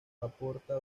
aporta